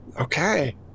Okay